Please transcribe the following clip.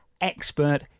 expert